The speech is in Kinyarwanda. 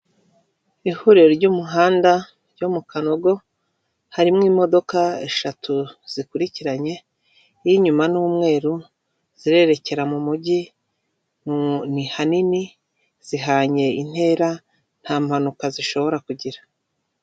Ihuriro ry'umuhanda ryo Mukanogo, harimo imodoka eshatu zikurikiranye, iy'inyuma ni umweru zirerekera mu mujyi, ni hanini zihanye intera nta mpanuka zishobora kugira.